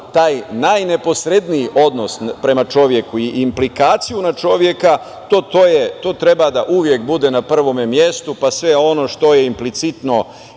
taj najneposredniji odnos prema čoveku i implikaciju na čoveka to treba uvek da bude na prvom mestu, pa sve ono što je implicitno